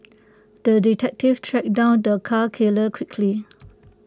the detective tracked down the cat killer quickly